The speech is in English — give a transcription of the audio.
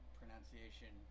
pronunciation